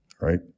right